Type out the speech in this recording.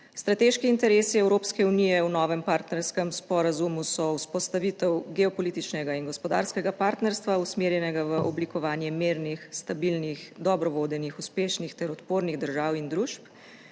Strateški interesi Evropske unije v novem partnerskem sporazumu so vzpostavitev geopolitičnega in gospodarskega partnerstva, usmerjenega v oblikovanje mirnih, stabilnih, dobro vodenih, uspešnih ter odpornih držav in družb,